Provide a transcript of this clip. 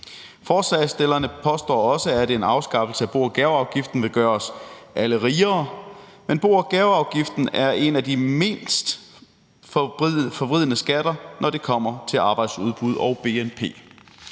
Forslagsstillerne påstår også, at en afskaffelse af bo- og gaveafgiften vil gøre os alle rigere, men bo- og gaveafgiften er en af de mindst forvridende skatter, når det kommer til arbejdsudbud og bnp.